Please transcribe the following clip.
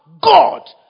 God